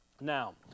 Now